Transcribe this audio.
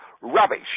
Rubbish